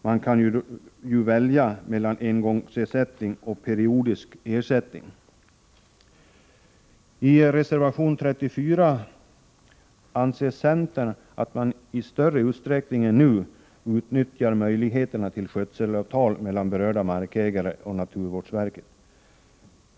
Man kan då välja mellan engångsersättning och periodisk ersättning. I reservation 34 anser centern att man i större utsträckning än nu bör utnyttja möjligheten till skötselavtal mellan berörd markägare och naturvårdsverket.